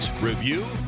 review